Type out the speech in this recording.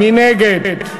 מי נגד?